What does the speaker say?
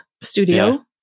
studio